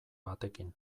batekin